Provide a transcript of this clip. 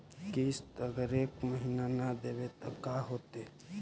किस्त अगर एक महीना न देबै त का होतै?